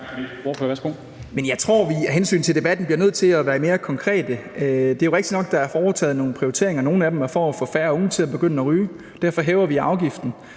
Jeg tror, at vi af hensyn til debatten bliver nødt til at være mere konkrete. Det er jo rigtigt nok, at der er foretaget de prioriteringer. Nogle af dem er for at få færre unge til at begynde at ryge; derfor hæver vi afgiften.